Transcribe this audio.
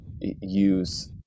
use